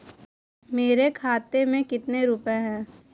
मेरे खाते में कितने रुपये हैं?